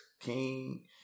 King